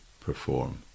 perform